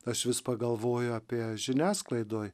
aš vis pagalvoju apie žiniasklaidoj